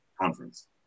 conference